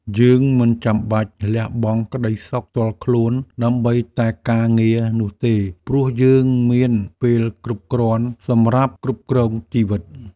យើងមិនចាំបាច់លះបង់ក្តីសុខផ្ទាល់ខ្លួនដើម្បីតែការងារនោះទេ ព្រោះយើងមានពេលគ្រប់គ្រាន់សម្រាប់គ្រប់គ្រងជីវិត។